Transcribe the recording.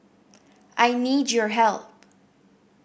I need your help